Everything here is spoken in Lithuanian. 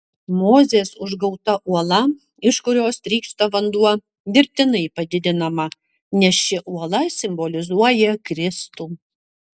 mozės užgauta uola iš kurios trykšta vanduo dirbtinai padidinama nes ši uola simbolizuoja kristų